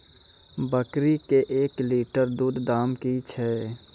बकरी के एक लिटर दूध दाम कि छ?